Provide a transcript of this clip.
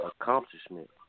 accomplishment